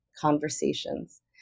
conversations